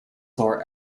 floor